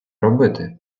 робити